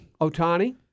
Otani